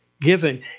Given